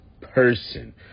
person